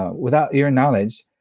um without your knowledge,